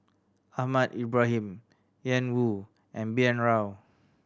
Ahmad Ibrahim Ian Woo and B N Rao